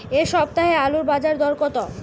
এ সপ্তাহে আলুর বাজার দর কত?